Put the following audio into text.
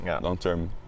long-term